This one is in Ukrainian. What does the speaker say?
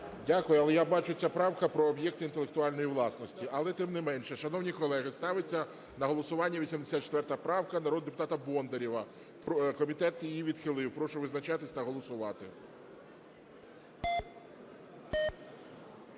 Дякую. Але, я бачу, ця правка про об'єкти інтелектуальної власності. Але, тим не менше, шановні колеги, ставиться на голосування 84 правка народного депутата Бондарєва, комітет її відхилив. Прошу визначатися та голосувати.